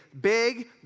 big